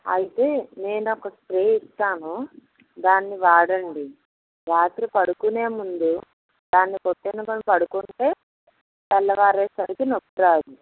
అయితే నేను ఒక స్ప్రే ఇస్తాను దాన్ని వాడండి రాత్రి పడుకునే ముందు దాన్ని కొట్టుకుని పడుకుంటే తెల్లవారేసరికి నొప్పి రాదు